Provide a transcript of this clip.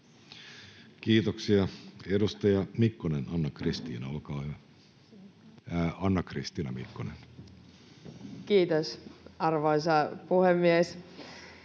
Kiitoksia. — Edustaja Mikkonen, Anna-Kristiina, olkaa hyvä. Kiitos, arvoisa puhemies!